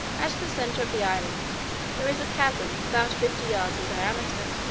at the centre of the island there is a chasm about fifty yards in diameter,